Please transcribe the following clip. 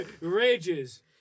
Rages